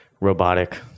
Robotic